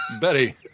Betty